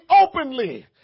openly